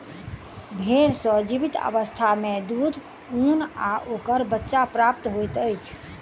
भेंड़ सॅ जीवित अवस्था मे दूध, ऊन आ ओकर बच्चा प्राप्त होइत अछि